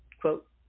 quote